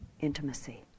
intimacy